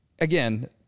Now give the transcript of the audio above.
again